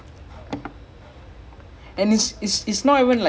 then mid field ronaldo is there albumin is